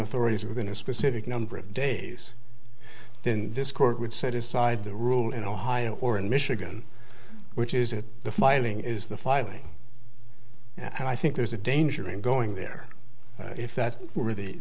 authorities within a specific number of days then this court would set aside the rule in ohio or in michigan which is it the filing is the filing i think there's a danger in going there if that were